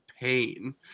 pain